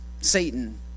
Satan